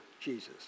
Jesus